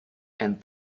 and